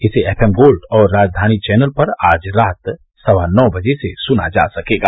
इसे FM gold और Rajdhani channel पर आज रात सवा नौ बजे से सुना जा सकेगा